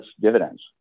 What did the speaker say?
dividends